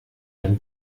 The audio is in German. dann